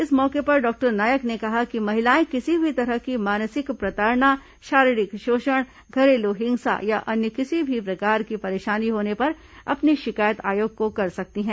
इस मौके पर डॉक्टर नायक ने कहा कि महिलाएं किसी भी तरह की मानसिक प्रताड़ना शारीरिक शोषण घरेलू हिंसा या अन्य किसी भी प्रकार की परेशानी होने पर अपनी शिकायत आयोग को कर सकती हैं